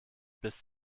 bis